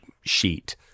sheet